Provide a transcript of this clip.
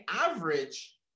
average